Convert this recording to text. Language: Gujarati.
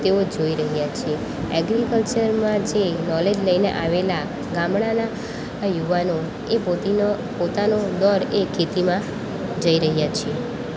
તેઓ જોઈ રહ્યા છે એગ્રીકલ્ચરમાં જે નોલેજ લઈને આવેલા ગામડાના યુવાનો એ પોતીના પોતાના બળે ખેતીમાં જઈ રહ્યાં છે